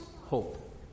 hope